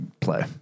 play